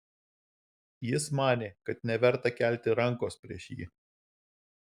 jis manė kad neverta kelti rankos prieš jį